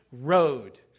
road